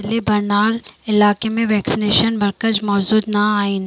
इले बरनाल इलाइक़े में वैक्सीनेशन मर्कज़ मौजूदु न आहिनि